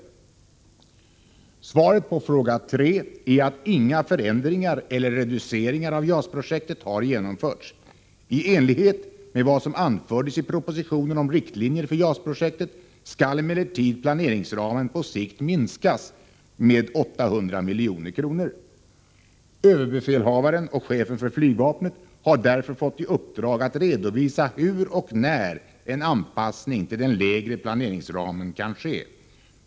Svaret på fråga 3 är att inga förändringar eller reduceringar av JAS projektet har genomförts. I enlighet med vad som anfördes i propositionen om riktlinjer för JAS-projektet skall emellertid planeringsramen på sikt minskas med 800 milj.kr. Överbefälhavaren och chefen för flygvapnet har därför fått i uppdrag att redovisa hur och när en anpassning till den lägre planeringsramen kan ske.